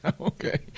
Okay